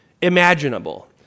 imaginable